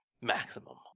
Maximum